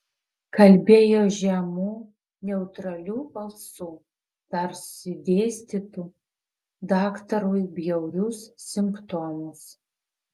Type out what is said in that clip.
kalbėjo žemu neutraliu balsu tarsi dėstytų daktarui bjaurius simptomus